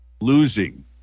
losing